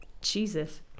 Jesus